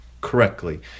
correctly